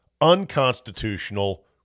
unconstitutional